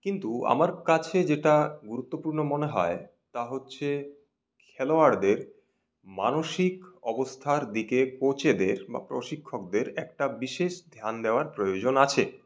কিন্তু আমার কাছে যেটা গুরুত্বপূর্ণ মনে হয় তা হচ্ছে খেলোয়াড়দের মানসিক অবস্থার দিকে কোচদের বা প্রশিক্ষকদের একটা বিশেষ ধ্যান দেওয়ার প্রয়োজন আছে